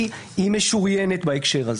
היא משוריינת בהקשר הזה.